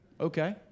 okay